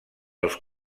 els